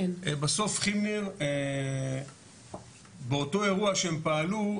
בסוף כימניר באותו אירוע שהם פעלו,